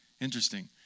Interesting